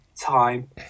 Time